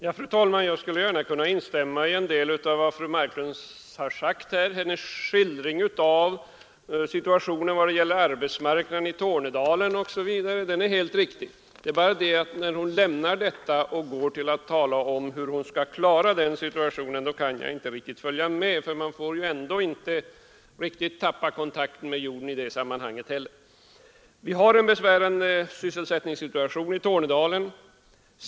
Fru talman! Jag skulle kunna instämma i en del av vad fru Marklund här har sagt. Hennes skildring av situationen vad det gäller arbetsmarknaden i Tornedalen osv. är helt riktig. Men jag kan inte följa med henne när hon går över till att tala om hur hon skall klara situationen. Man får inte tappa kontakten med jorden i det sammanhanget heller. Vi har en besvärande sysselsättningssituation i Tornedalen.